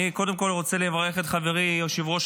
אני קודם כול רוצה לברך את חברי יושב-ראש